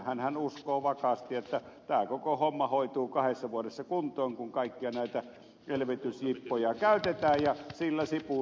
hänhän uskoo vakaasti että tämä koko homma hoituu kahdessa vuodessa kuntoon kun kaikkia näitä elvytysjippoja käytetään ja sillä sipuli